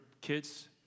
kids